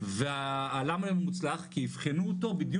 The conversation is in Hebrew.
ולמה הוא מוצלח? כי אבחנו אותו בדיוק